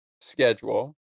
schedule